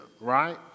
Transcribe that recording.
right